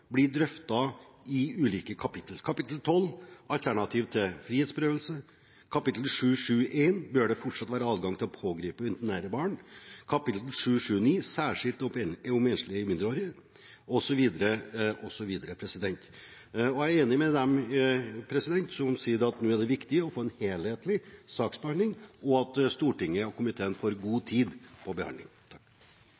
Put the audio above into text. fortsatt være adgang til å pågripe og internere barn?, i kapittel 7.7.9 Særskilt om enslige mindreårige. Og så videre. Jeg er enig med dem som sier at nå er det viktig å få en helhetlig saksbehandling, og at Stortinget og komiteen får god